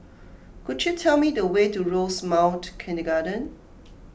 could you tell me the way to Rosemount Kindergarten